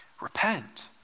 repent